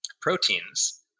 proteins